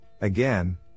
again